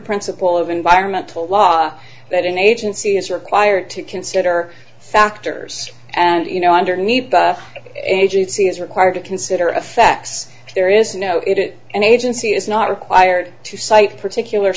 principle of environmental law that an agency is required to consider factors and you know underneath agency is required to consider a fax if there is no it is an agency is not required to cite particular